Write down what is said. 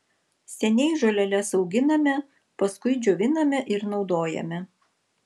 seniai žoleles auginame paskui džioviname ir naudojame